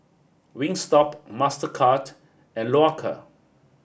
Wingstop Mastercard and Loacker